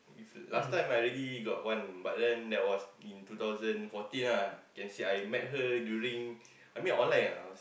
if last time I already got one but then that was in two thousand fourteen ah can say I met her during I met online ah